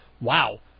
Wow